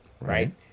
right